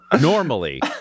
Normally